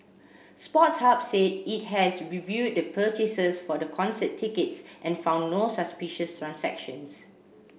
Sports Hub said it has reviewed the purchases for the concert tickets and found no suspicious transactions